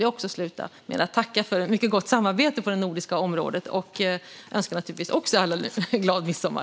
Jag tackar Johan Hultberg för ett mycket gott samarbete på det nordiska området. Jag önskar naturligtvis också alla en glad midsommar.